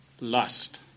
lust